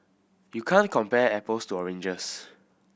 you can't compare apples to oranges